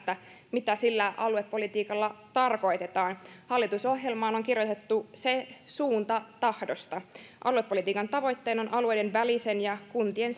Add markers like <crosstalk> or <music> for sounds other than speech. mitä sillä aluepolitiikalla tarkoitetaan hallitusohjelmaan on on kirjoitettu se suunta tahdosta aluepolitiikan tavoitteena on alueiden välisen ja kuntien <unintelligible>